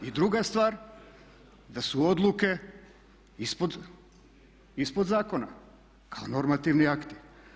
I druga stvar, da su odluke ispod zakona, kao normativni akti.